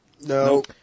No